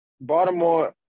Baltimore